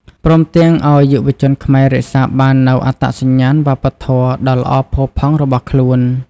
ព្រមទាំងឲ្យយុវជនខ្មែររក្សាបាននូវអត្តសញ្ញាណវប្បធម៌ដ៏ល្អផូរផង់របស់ខ្លួន។